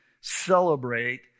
celebrate